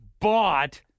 bought